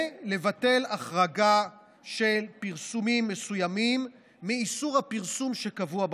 ולבטל החרגה של פרסומים מסוימים מאיסור הפרסום שקבוע בחוק.